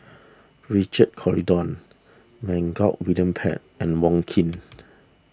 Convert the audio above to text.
Richard Corridon William Pett and Wong Keen